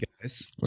guys